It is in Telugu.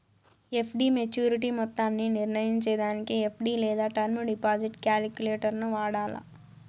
ఎఫ్.డి మోచ్యురిటీ మొత్తాన్ని నిర్నయించేదానికి ఎఫ్.డి లేదా టర్మ్ డిపాజిట్ కాలిక్యులేటరును వాడాల